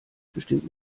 bestimmt